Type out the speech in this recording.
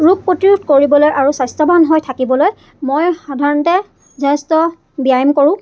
ৰোগ প্ৰতিৰোধ কৰিবলৈ আৰু স্বাস্থ্যৱান হৈ থাকিবলৈ মই সাধাৰণতে যথেষ্ট ব্যায়াম কৰোঁ